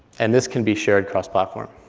and this can be shared cross-platform.